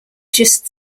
just